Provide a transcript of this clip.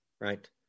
right